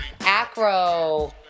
acro